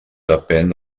depén